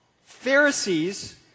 Pharisees